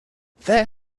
there